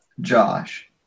Josh